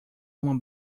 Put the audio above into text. uma